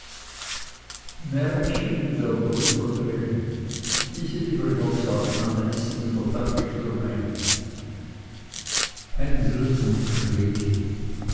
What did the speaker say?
hänsel und gretel